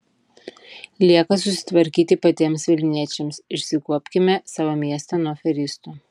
lieka susitvarkyti patiems vilniečiams išsikuopkime savo miestą nuo aferistų